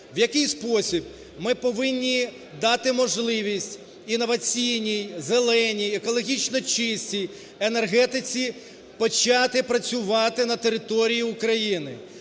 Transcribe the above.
в який спосіб ми повинні дати можливість інноваційній "зеленій" екологічно чистій енергетиці почати працювати на території України.